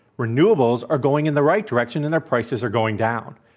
renewables are going in the right direction and their prices are going down.